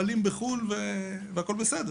מלים בחו"ל והכול בסדר,